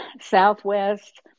Southwest